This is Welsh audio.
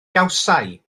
gawsai